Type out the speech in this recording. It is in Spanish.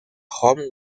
home